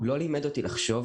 הוא לא לימד אותי לחשוב.